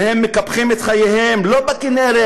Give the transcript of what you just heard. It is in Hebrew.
והם מקפחים את חייהם לא בכינרת,